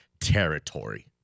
territory